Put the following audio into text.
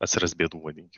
atsiras bėdų vadinkim